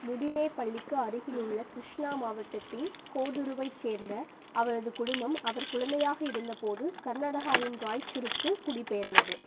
முடினேபள்ளிக்கு அருகிலுள்ள கிருஷ்ணா மாவட்டத்தின் கோதுருவைச் சேர்ந்த அவரது குடும்பம் அவர் குழந்தையாக இருந்த போது கர்நாடகாவின் ராய்ச்சூருக்கு குடிபெயர்ந்தது